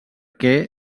què